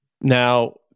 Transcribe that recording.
Now